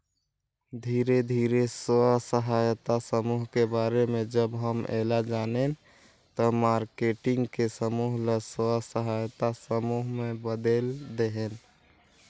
धीरे धीरे स्व सहायता समुह के बारे में जब हम ऐला जानेन त मारकेटिंग के समूह ल स्व सहायता समूह में बदेल देहेन